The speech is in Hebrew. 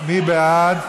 מי בעד?